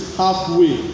halfway